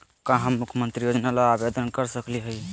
का हम मुख्यमंत्री योजना ला आवेदन कर सकली हई?